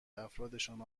افرادشان